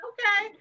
Okay